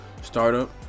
startup